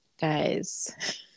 guys